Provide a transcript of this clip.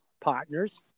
partners